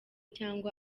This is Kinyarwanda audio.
cyangwa